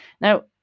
Now